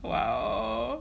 !wow!